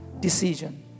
decision